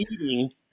eating